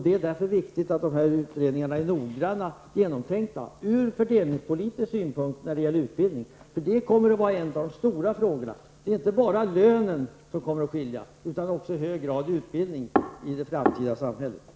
Det är därför viktigt ur fördelningspolitisk synpunkt att utredningarna är noggranna och genomtänkta, för utbildningen kommer att vara en av de stora frågorna. I det framtida samhället är det inte bara lönen utan också i hög grad utbildningen som kommer att skilja människor emellan.